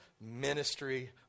ministry